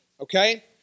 Okay